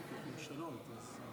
השר אלי כהן רוצה לסכם או שאין צורך?